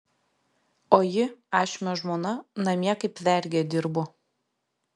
o ji ašmio žmona namie kaip vergė dirbo